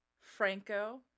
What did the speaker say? Franco